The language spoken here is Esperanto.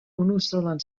unusolan